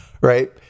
right